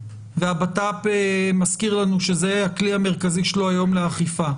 והבט"פ מזכיר לנו שזה הכלי המרכזי שלו היום לאכיפה.